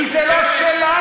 כי זה לא שלנו,